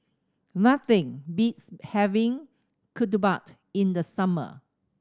nothing beats having ketupat in the summer